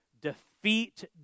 defeat